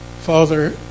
Father